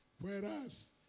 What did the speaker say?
Whereas